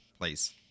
please